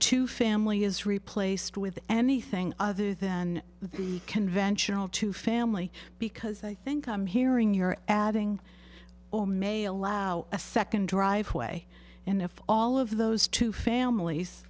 two family is replaced with anything other than the conventional two family because i think i'm hearing you're adding or may allow a second driveway and if all of those two families